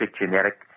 genetic